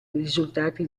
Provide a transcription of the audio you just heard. risultati